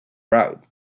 route